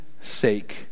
sake